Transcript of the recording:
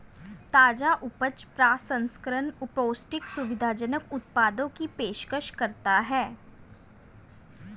ताजा उपज प्रसंस्करण पौष्टिक, सुविधाजनक उत्पादों की पेशकश करता है